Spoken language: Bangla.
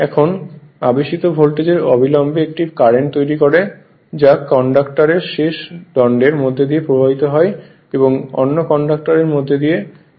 এখন আবেশিত ভোল্টেজ অবিলম্বে একটি কারেন্ট তৈরি করে যা কন্ডাক্টরের শেষ দণ্ডের মধ্য দিয়ে প্রবাহিত হয় এবং অন্য কন্ডাক্টরের মধ্য দিয়ে ফিরে আসে